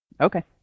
Okay